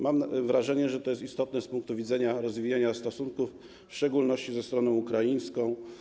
Mam wrażenie, że jest to istotne z punktu widzenia rozwijania stosunków w szczególności ze stroną ukraińską.